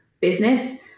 business